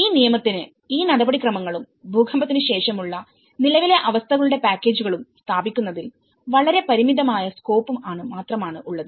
ഈ നിയമത്തിന് ഈ നടപടിക്രമങ്ങളുംഭൂകമ്പത്തിന് ശേഷമുള്ള നിലവിലെ അവസ്ഥകളുടെ പാക്കേജുകളും സ്ഥാപിക്കുന്നതിൽ വളരെ പരിമിതമായ സ്കോപ്പ് മാത്രം ആണുള്ളത്